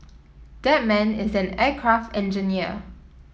that man is an aircraft engineer